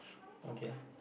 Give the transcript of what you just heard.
okay